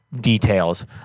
details